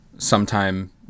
Sometime